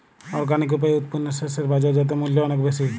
organic উপায়ে উৎপন্ন শস্য এর বাজারজাত মূল্য অনেক বেশি